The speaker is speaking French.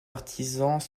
artisans